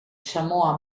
samoa